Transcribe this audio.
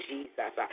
Jesus